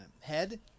head